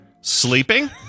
sleeping